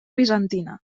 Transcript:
bizantina